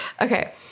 Okay